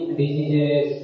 diseases